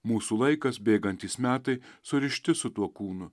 mūsų laikas bėgantys metai surišti su tuo kūnu